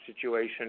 situation